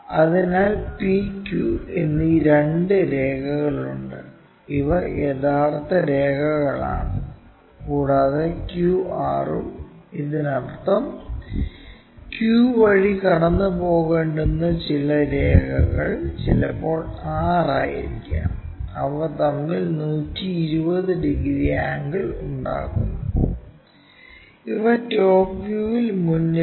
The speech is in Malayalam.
അതിനാൽ P Q എന്നീ രണ്ട് രേഖകളുണ്ട് ഇവ യഥാർത്ഥ രേഖകളാണ് കൂടാതെ QR ഉം ഇതിനർത്ഥം Q വഴി കടന്നുപോകേണ്ട രേഖ ചിലപ്പോൾ R ആയിരിക്കാം അവ തമ്മിൽ 120 ഡിഗ്രി ആംഗിൾ ഉണ്ടാക്കുന്നു ഇവ ടോപ് വ്യൂവിൽ മുന്നിലാണ്